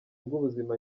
rw’ubuzima